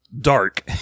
dark